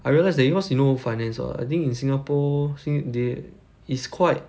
I realise that you know cause you know finance [what] I think in singapore sin~ they is quite